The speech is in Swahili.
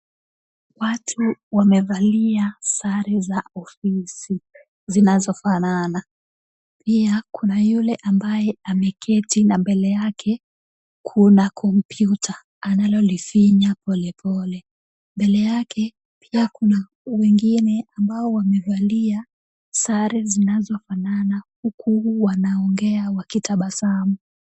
Watu wamevalia sare za ofisi zinazofanana. Pia kuna yule ambaye ameketi na mbele yake, kuna kompyuta anayoifinya polepole. Mbele yake, pia kuna wengine ambao wamevalia sare zinazofanana, huku wanaongea wakitabasamu.